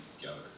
together